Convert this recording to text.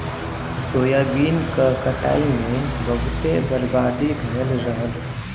soybean क कटाई में बहुते बर्बादी भयल रहल